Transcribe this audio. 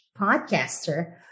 podcaster